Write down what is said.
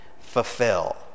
fulfill